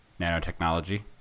nanotechnology